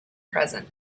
present